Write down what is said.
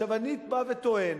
אני בא וטוען: